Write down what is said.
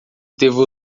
devo